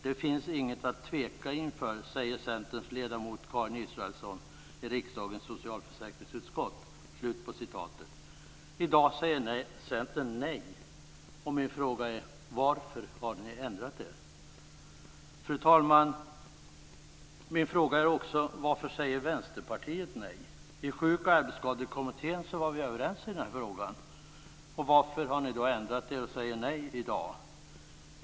Det finns inget att tveka inför, säger Centerns ledamot Karin Israelsson i riksdagens socialförsäkringsutskott. I dag säger Centern nej. Varför har ni ändrat er? Fru talman! Varför säger Vänsterpartiet nej? I Sjuk och arbetsskadekommittén var vi överens i den här frågan. Varför har ni ändrat er och säger nej i dag?